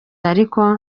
ariko